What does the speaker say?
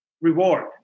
reward